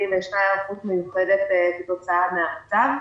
וישנה היערכות מיוחדת כתוצאה מהמצב.